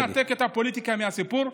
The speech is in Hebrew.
אני ממש מנתק את הפוליטיקה מהסיפור.